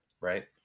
right